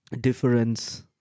difference